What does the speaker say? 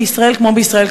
בישראל כמו בישראל,